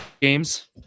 games